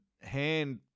hand